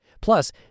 Plus